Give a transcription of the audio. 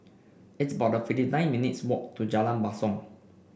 it's about fifty nine minutes' walk to Jalan Basong